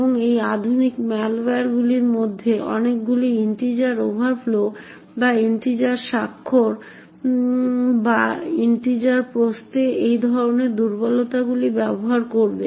এবং এই আধুনিক ম্যালওয়্যারগুলির মধ্যে অনেকগুলি ইন্টিজার ওভারফ্লো বা ইন্টিজার স্বাক্ষর বা ইন্টিজার প্রস্থে এই ধরনের দুর্বলতাগুলি ব্যবহার করবে